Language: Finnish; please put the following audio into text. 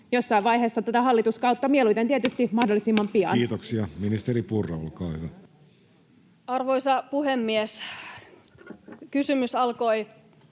jossain vaiheessa tätä hallituskautta, mieluiten tietysti mahdollisimman pian? Kiitoksia. — Ministeri Purra, olkaa hyvä. Arvoisa puhemies! Kysymys alkoi